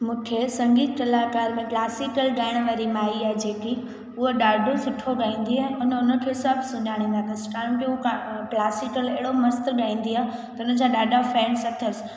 मूंखे संगीत लाइ घर में क्लासिकल गाइण वारी माइ आहे जेकी उअ ॾाढो सुठो गाईंदी आहे उन उनखे सभु सुञाणी था अथसि कोन्ह पियो क्लासिकल एॾो मस्तु गाईंदी आहे त उनजा ॾाढा फैंड्स अथसि